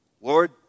Lord